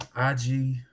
IG